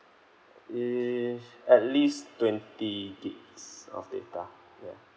err at least twenty gigs of data ya